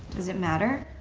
does it matter?